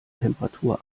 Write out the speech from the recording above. temperatur